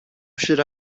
should